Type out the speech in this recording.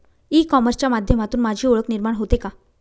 E कॉमर्सच्या माध्यमातून माझी ओळख निर्माण होते का?